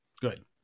Good